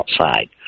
outside